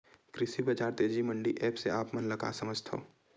कृषि बजार तेजी मंडी एप्प से आप मन का समझथव?